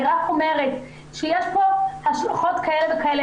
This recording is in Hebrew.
אני רק אומרת שיש השלכות כאלה וכאלה.